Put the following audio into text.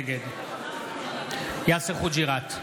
נגד יאסר חוג'יראת,